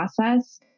process